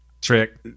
trick